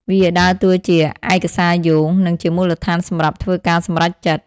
វាដើរតួជាឯកសារយោង និងជាមូលដ្ឋានសម្រាប់ធ្វើការសម្រេចចិត្ត។